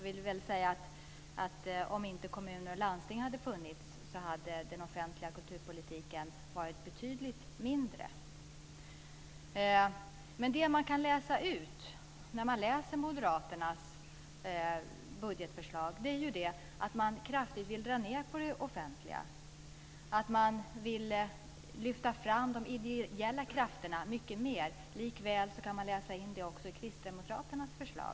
Om inte kommuner och landsting hade funnits, hade den offentliga kulturpolitiken varit betydligt mindre. Det som man kan utläsa i Moderaternas budgetförslag är att de vill dra ned kraftigt på det offentliga och att de vill lyfta fram de ideella krafterna mycket mer. Det kan man också utläsa i Kristdemokraternas förslag.